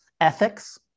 ethics